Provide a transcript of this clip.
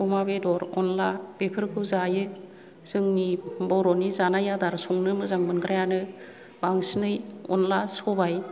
अमा बेदर अनला बेफोरखौ जायो जोंनि बर'नि जानाय आदार संनो मोजां मोनग्रायानो बांसिनै अनला सबाइ